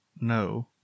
No